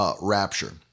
rapture